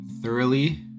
thoroughly